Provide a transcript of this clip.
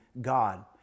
God